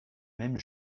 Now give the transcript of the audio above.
même